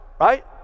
right